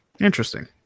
Interesting